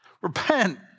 Repent